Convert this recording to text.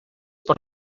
por